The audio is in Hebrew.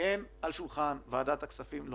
על שולחן ועדת הכספים לא